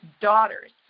daughters